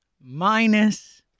minus